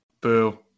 boo